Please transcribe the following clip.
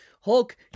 Hulk